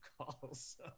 calls